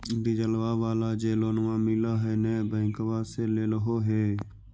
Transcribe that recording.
डिजलवा वाला जे लोनवा मिल है नै बैंकवा से लेलहो हे?